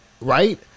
right